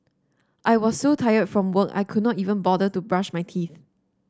I was so tired from work I could not even bother to brush my teeth